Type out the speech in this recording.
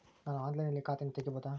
ನಾನು ಆನ್ಲೈನಿನಲ್ಲಿ ಖಾತೆಯನ್ನ ತೆಗೆಯಬಹುದಾ?